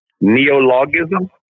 Neologism